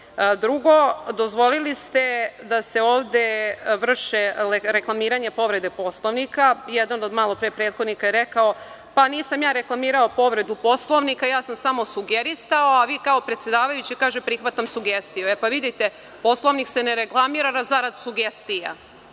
dozvolili ste da se ovde vrše reklamiranje povrede Poslovnika. Jedan od malopre prethodnika je rekao – pa nisam ja reklamirao povredu Poslovnika, ja sam samo sugerisao, a vi kao predsedavajući kažete – prihvatam sugestiju. Vidite, Poslovnik se ne reklamira zarad sugestija,